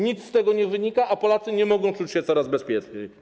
Nic z tego nie wynika, a Polacy nie mogą czuć się coraz bezpieczniej.